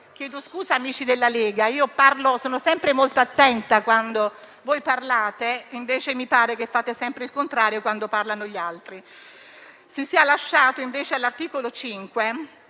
Chiedo scusa, amici della Lega, sono sempre molto attenta quando voi parlate, invece mi pare che voi facciate sempre il contrario quando parlano gli altri. Si lascia invece all'articolo 5,